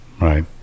right